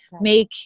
make